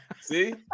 See